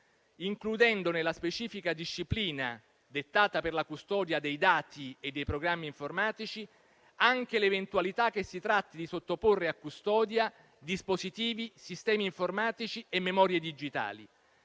includendo nella specifica disciplina, dettata per la custodia dei dati e dei programmi informatici, anche l'eventualità che si tratti di sottoporre a custodia dispositivi, sistemi informatici e memorie digitali.